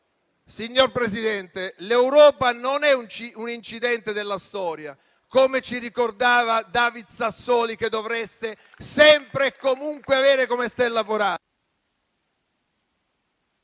signor Presidente, l'Europa non è un incidente della storia, come ci ricordava David Sassoli, che dovreste sempre e comunque avere come stella polare.